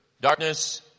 Darkness